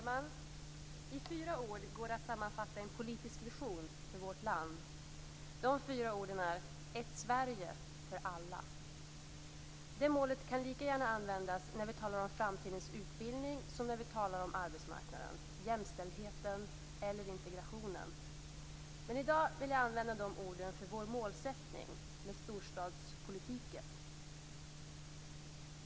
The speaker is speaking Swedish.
Fru talman! I fyra ord går det att sammanfatta en politisk vision för vårt land. De fyra orden är: ett Sverige för alla. Det målet kan lika gärna användas när vi talar om framtidens utbildning som när vi talar om arbetsmarknaden, jämställdheten eller integrationen. I dag vill jag använda de orden för vår målsättning med storstadspolitiken.